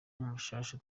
mushasha